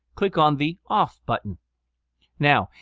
click on the off button now,